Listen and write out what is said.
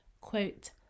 quote